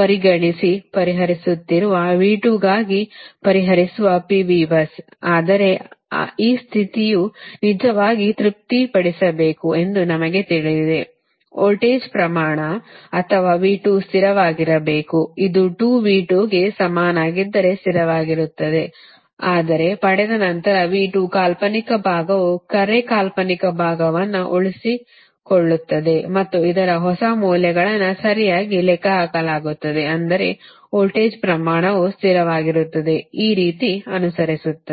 ಪರಿಗಣಿಸಿ ಪರಿಹರಿಸುತ್ತಿರುವ V2 ಗಾಗಿ ಪರಿಹರಿಸುವ P V bus ಆದರೆ ಈ ಸ್ಥಿತಿಯು ನಿಜವಾಗಿ ತೃಪ್ತಿಪಡಿಸಬೇಕು ಎಂದು ನಮಗೆ ತಿಳಿದಿದೆ ವೋಲ್ಟೇಜ್ ಪ್ರಮಾಣ ಅಥವಾ V2 ಸ್ಥಿರವಾಗಿರಬೇಕು ಅದು 2 V2 ಗೆ ಸಮನಾಗಿದ್ದರೆ ಸ್ಥಿರವಾಗಿರುತ್ತದೆ ಆದರೆ ಪಡೆದ ನಂತರ V2 ಕಾಲ್ಪನಿಕ ಭಾಗವು ಕರೆ ಕಾಲ್ಪನಿಕ ಭಾಗವನ್ನು ಉಳಿಸಿಕೊಳ್ಳುತ್ತದೆ ಮತ್ತು ಇದರ ಹೊಸ ಮೌಲ್ಯಗಳನ್ನು ಸರಿಯಾಗಿ ಲೆಕ್ಕಹಾಕಲಾಗುತ್ತದೆ ಅಂದರೆ ವೋಲ್ಟೇಜ್ ಪ್ರಮಾಣವು ಸ್ಥಿರವಾಗಿರುತ್ತದೆ ಈ ರೀತಿ ಅನುಸರಿಸುತ್ತದೆ